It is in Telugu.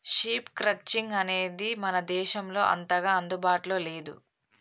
షీప్ క్రట్చింగ్ అనేది మన దేశంలో అంతగా అందుబాటులో లేదు